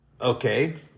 Okay